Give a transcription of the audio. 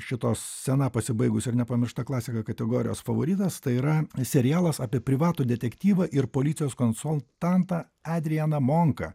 šito scena pasibaigusi ir nepamiršta klasika kategorijos favoritas tai yra serialas apie privatų detektyvą ir policijos konsultantą adrianą monką